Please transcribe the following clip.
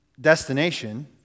destination